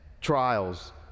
trials